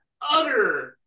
utter